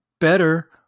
better